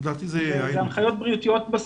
בסוף אלה הנחיות בריאותיות.